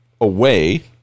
away